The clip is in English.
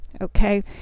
okay